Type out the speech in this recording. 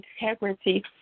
integrity